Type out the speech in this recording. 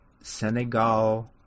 Senegal